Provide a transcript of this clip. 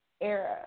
era